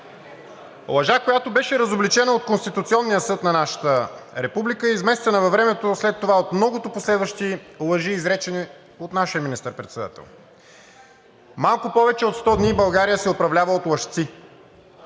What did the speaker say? Лъжа, която беше разобличена от Конституционния съд на нашата република, изместена във времето след това от много последващи лъжи, изречени от нашия министър-председател. Малко повече от 100 дни България се управлява от лъжци,